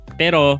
pero